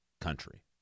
country